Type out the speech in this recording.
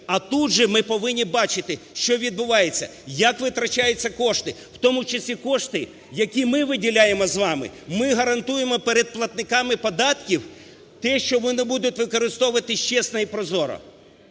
а тут же ми повинні бачити, що відбувається, як витрачаються кошти. У тому числі кошти, які ми виділяємо з вами. Ми гарантуємо перед платниками податків те, що вони будуть використовуватись чесно і прозоро.